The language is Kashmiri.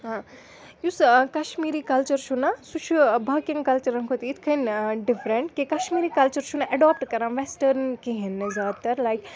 یُس کَشمیٖری کَلچَر چھُنا سُہ چھُ باقیَن کَلچَرَن کھۄتہٕ یِتھ کٔنۍ ڈِفرَنٛٹ کہِ کَشمیٖری کَلچَر چھُنہٕ ایٚڈاپٹہٕ کَران وٮ۪سٹٲرٕن کِہیٖنۍ نہٕ زیادٕ تَر لایِک